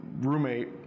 roommate